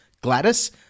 Gladys